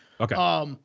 Okay